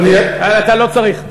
אתה לא צריך.